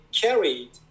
carried